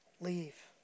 Leave